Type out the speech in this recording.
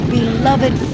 beloved